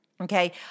Okay